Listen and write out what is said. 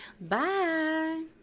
Bye